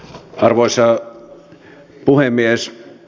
arvoisa puhemies